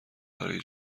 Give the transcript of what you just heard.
برای